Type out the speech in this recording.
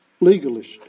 legalist